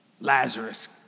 Lazarus